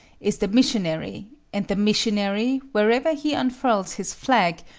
is the missionary, and the missionary, wherever he unfurls his flag,